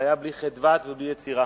זה היה בלי חדוות ובלי יצירה,